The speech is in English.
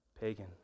Pagan